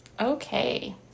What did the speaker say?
Okay